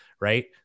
right